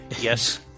Yes